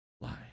lie